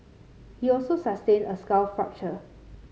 he also sustained a skull fracture